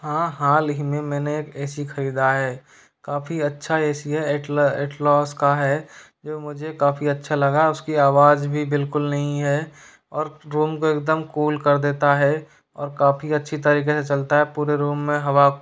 हाँ हाल ही में मैंने एक ऐ सी खरीदा है काफ़ी अच्छा ऐ सी है ऐटलर एटलॉस का है जो मुझे काफ़ी अच्छा लगा उसकी आवाज़ भी बिल्कुल नहीं है और रूम को एकदम कूल कर देता है और काफ़ी अच्छी तरीके से चलता है पूरे रूम में हवा